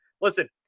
listen